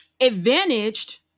advantaged